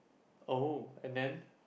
oh and then